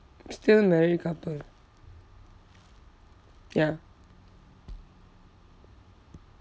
still married couple ya